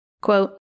Quote